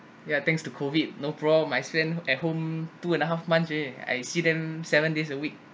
ya thanks to COVID no bro I spend at home two and half months already I see them seven days a week